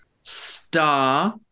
Star